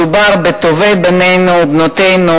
מדובר בטובי בנינו ובנותינו,